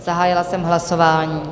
Zahájila jsem hlasování.